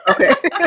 Okay